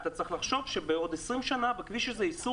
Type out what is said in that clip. אתה צריך לחשוב בעוד 20 שנים בכביש הזה ייסעו